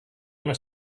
una